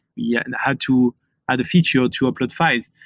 yeah and had to add a feature to upload files,